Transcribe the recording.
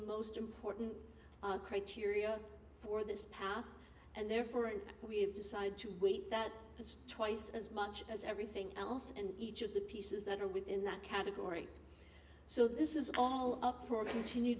most important criteria for this power and therefore and we have decided to that twice as much as everything else and each of the pieces that are within that category so this is all up for continue